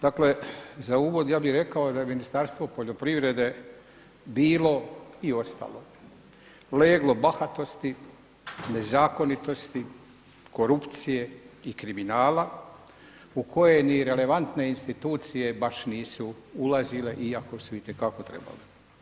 Dakle za uvod ja bi rekao da je Ministarstvo poljoprivrede bilo i ostalo leglo bahatosti, nezakonitosti, korupcije i kriminala u kojem ni relevantne institucije baš nisu ulazile iako su itekako trebale.